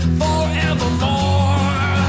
forevermore